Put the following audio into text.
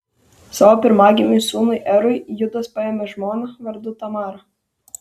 savo pirmagimiui sūnui erui judas paėmė žmoną vardu tamara